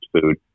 food